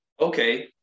Okay